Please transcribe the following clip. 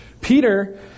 Peter